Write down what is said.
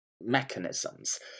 mechanisms